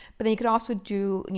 but they could also do, you